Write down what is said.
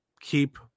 keep